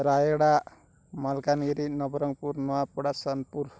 Rayagada Malkangiri Nabarangpur Nuapada Sonepur